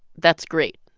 that's great.